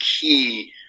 key